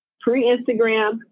pre-Instagram